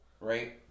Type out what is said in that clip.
Right